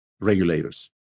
regulators